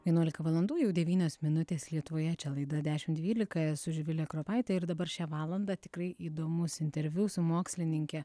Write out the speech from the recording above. vienuolika valandų jau devynios minutės lietuvoje čia laida dešim dvylika esu živilė kropaitė ir dabar šią valandą tikrai įdomus interviu su mokslininke